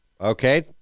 Okay